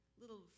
little